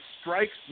strikes